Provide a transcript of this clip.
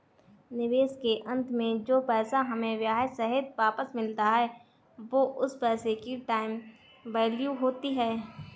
निवेश के अंत में जो पैसा हमें ब्याह सहित वापस मिलता है वो उस पैसे की टाइम वैल्यू होती है